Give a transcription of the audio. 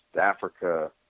Africa